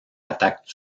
attaques